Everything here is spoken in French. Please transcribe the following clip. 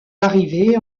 arrivée